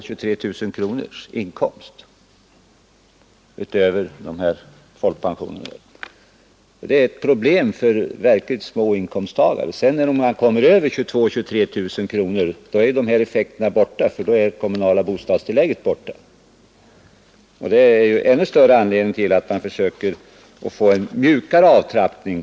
23 000 kronor utöver folkpensionen. Det är ett problem för verkligt små inkomsttagare. När man kommer över 22 000-23 000 kronor, är dessa effekter borta, för då är det kommunala bostadstillägget borta. Det är en ännu större anledning till att man försöker få en mjukare avtrappning.